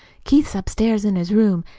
keith's upstairs in his room,